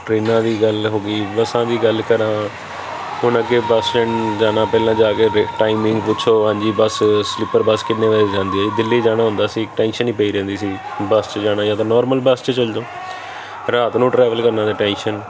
ਟਰੇਨਾਂ ਦੀ ਗੱਲ ਹੋ ਗਈ ਬੱਸਾਂ ਦੀ ਗੱਲ ਕਰਾਂ ਹੁਣ ਅੱਗੇ ਬਸ ਸਟੈਂਡ ਜਾਣਾ ਪਹਿਲਾਂ ਜਾ ਕੇ ਇਹਦੇ ਟਾਈਮਿੰਗ ਪੁੱਛੋ ਹਾਂਜੀ ਬਸ ਸਲੀਪਰ ਬੱਸ ਕਿੰਨੇ ਵਜੇ ਜਾਂਦੀ ਹੈ ਦਿੱਲੀ ਜਾਣਾ ਹੁੰਦਾ ਸੀ ਟੈਂਸ਼ਨ ਹੀ ਪਈ ਰਹਿੰਦੀ ਸੀ ਬਸ 'ਚ ਜਾਣਾ ਜਾਂ ਤਾਂ ਨੋਰਮਲ ਬੱਸ 'ਚ ਚਲੇ ਜਾਓ ਰਾਤ ਨੂੰ ਟਰੈਵਲ ਕਰਨਾ 'ਤੇ ਟੈਂਸ਼ਨ